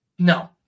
No